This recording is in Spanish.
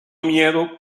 miedo